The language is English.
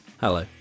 Hello